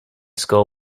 score